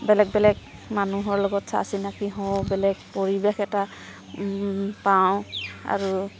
বেলেগ বেলেগ মানুহৰ লগত চা চিনাকি হওঁ বেলেগ পৰিৱেশ এটা পাওঁ আৰু